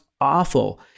awful